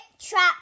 trap